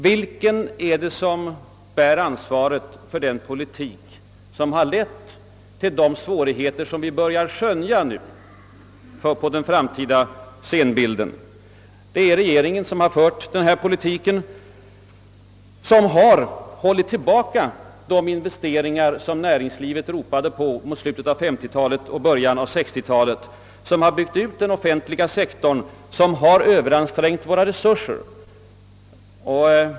Vem är det som bär ansvaret för den politik som har lett till de svårigheter som vi nu börjar skönja för framtiden? Det är regeringen som fört politiken, som hållit tillbaka de investeringar som näringslivet ropade på mot slutet av 1950-talet och i början av 1960-talet, som byggt ut den offentliga sektorn och som Ööveransträngt våra resurser.